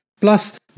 plus